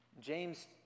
James